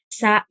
sa